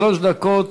שלוש דקות,